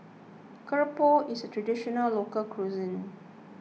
Keropok is a Traditional Local Cuisine